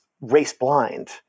race-blind